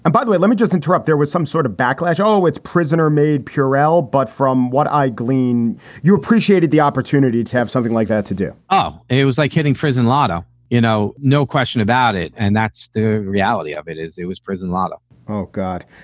and by the way, let me just interrupt there with some sort of backlash. oh it's prisoner made purell. but from what i glean you appreciated the opportunity to have something like that to do oh, it was like hitting prison lotto, you know? no question about it. and that's the reality of it, is it was prison a lot oh, god